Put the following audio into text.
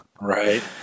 Right